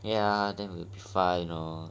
ya that will be fine you know